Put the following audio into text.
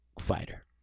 fighter